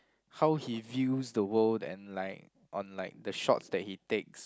how he views the world and like on like the shots that he takes